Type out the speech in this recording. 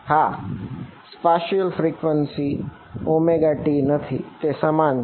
હા spatial frequency omega t નથી તે સમાન છે